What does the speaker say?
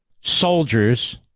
soldiers